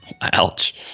Ouch